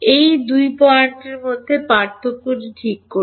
এই 2 পয়েন্টের মধ্যে পার্থক্যটি ঠিক করুন